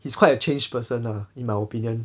he's quite a changed person ah in my opinion